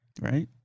Right